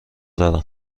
دارم